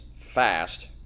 fast